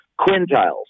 quintiles